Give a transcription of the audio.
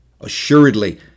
Assuredly